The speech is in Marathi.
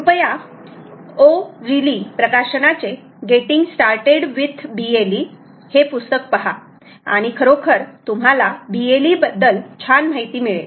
कृपया ओ रीली O' Reilly प्रकाशनाचे गेटिंग स्टार्टेड विथ BLE हे पुस्तक पहा आणि खरोखर तुम्हाला BLE बद्दल छान माहिती मिळेल